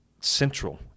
central